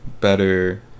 better